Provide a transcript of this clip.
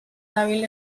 dabil